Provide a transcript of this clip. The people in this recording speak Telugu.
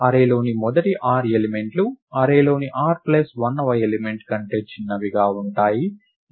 అర్రేలోని మొదటి r ఎలిమెంట్లు అర్రేలోని r 1వ ఎలిమెంట్ కంటే చిన్నవిగా ఉంటాయి